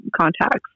contacts